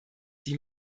die